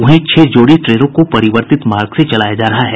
वहीं छह जोड़ी ट्रेनों को परिवर्तित मार्ग से चलाया जा रहा है